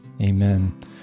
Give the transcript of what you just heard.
Amen